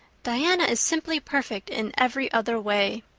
diana is simply perfect in every other way.